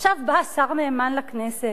ועכשיו בא השר נאמן לכנסת